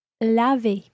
Laver